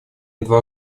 два